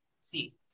See